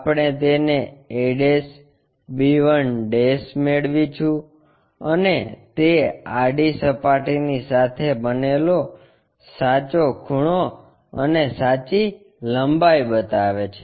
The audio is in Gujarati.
આપણે તેને a b1 મેળવીશું અને તે આડા સપાટીની સાથે બનેલો સાચો ખૂણો અને સાચી લંબાઈ બતાવે છે